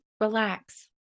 relax